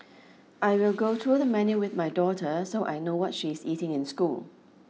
I will go through the menu with my daughter so I know what she is eating in school